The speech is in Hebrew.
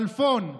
כלפון,